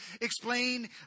explain